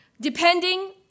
depending